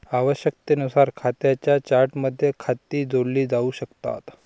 आवश्यकतेनुसार खात्यांच्या चार्टमध्ये खाती जोडली जाऊ शकतात